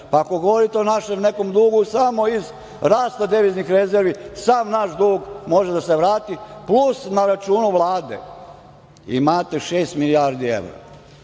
pa ako govorite o nekom našem dugu samo iz rasta deviznih rezervni sav naš dug može da se vrati, plus na računu Vlade imate šest milijardi evra.